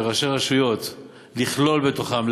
של ראשי רשויות לכלול בתוכם,